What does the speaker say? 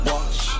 Watch